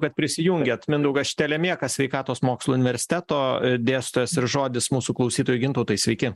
kad prisijungėt mindaugas štelemėkas sveikatos mokslų universiteto dėstytojas ir žodis mūsų klausytojų gintautai sveiki